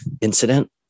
incident